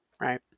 right